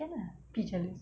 can ah be jealous